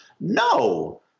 no